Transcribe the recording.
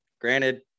granted